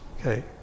okay